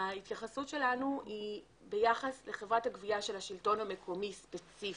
ההתייחסות שלנו היא ביחס לחברת הגבייה של השלטון המקומי ספציפית.